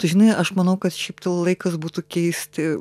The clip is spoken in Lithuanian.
tu žinai aš manau kad šiaip laikas būtų keisti